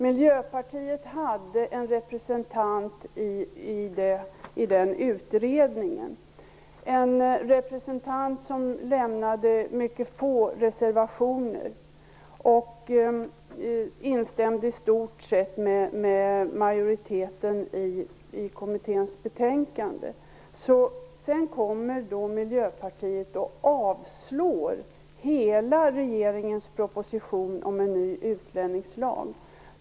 Miljöpartiet hade en representant i den utredningen - en representant som avlämnade få reservationer och som i stort sett i kommitténs betänkande instämde med majoriteten. Sedan yrkar Miljöpartiet avslag på hela regeringens proposition om en ny utlänningslag.